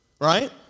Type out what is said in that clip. right